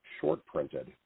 short-printed